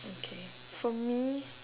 okay for me